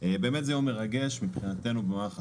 זה באמת יום מרגש מבחינתנו במערך הסייבר.